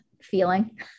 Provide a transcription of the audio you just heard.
feeling